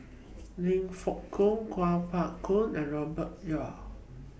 Lim Fong Jock Kuo Pao Kun and Robert Yeo